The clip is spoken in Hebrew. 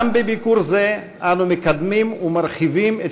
גם בביקור זה אנו מקדמים ומרחיבים את